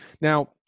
Now